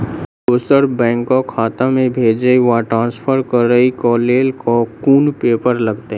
दोसर बैंक केँ खाता मे भेजय वा ट्रान्सफर करै केँ लेल केँ कुन पेपर लागतै?